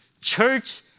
church